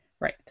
Right